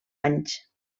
anys